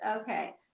Okay